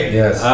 yes